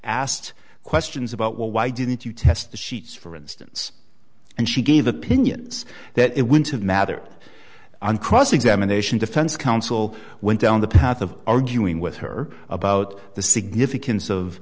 asked questions about well why didn't you test the sheets for instance and she gave opinions that it wouldn't have mattered on cross examination defense counsel went down the path of arguing with her about the significance of